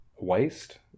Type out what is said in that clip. waste